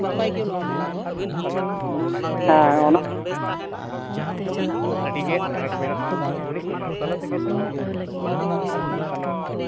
ᱦᱮᱸ ᱦᱮᱸ ᱚᱱᱟ